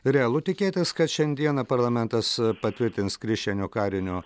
realu tikėtis kad šiandieną parlamentas patvirtins krišjanio karinio